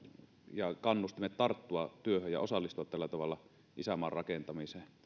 ja kannustimet tarttua työhön ja osallistua tällä tavalla isänmaan rakentamiseen